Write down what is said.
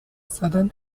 southern